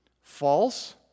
False